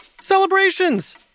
celebrations